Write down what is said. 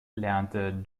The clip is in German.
lernte